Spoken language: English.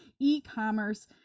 e-commerce